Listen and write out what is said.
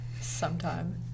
Sometime